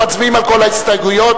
מצביעים על כל ההסתייגויות.